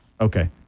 Okay